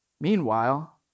Meanwhile